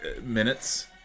minutes